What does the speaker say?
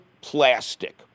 plastic